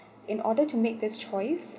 in order to make this choice